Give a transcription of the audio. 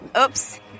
oops